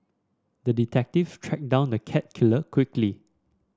the detective tracked down the cat killer quickly